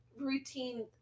routine